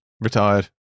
Retired